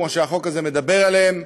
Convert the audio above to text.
כמו שהחוק הזה מדבר עליהם.